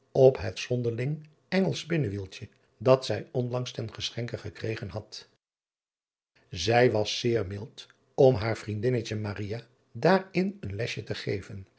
op het zonderling ngelsch spinnewieltje dat zij onlangs ten geschenke gekregen had ij was zeer mild om haar vriendinnetje daarin een lesje te geven